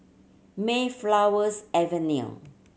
Mayflower's Avenue